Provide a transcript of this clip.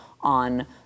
on